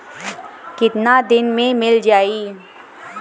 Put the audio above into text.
कितना दिन में मील जाई?